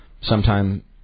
sometime